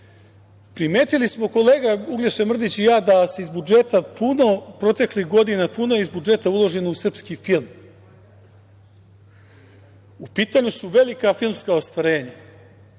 primetili smo kolega Uglješa Mrdić i ja da je iz budžeta puno proteklih godina uloženo u srpski film. U pitanju su velika filmska ostvarenja.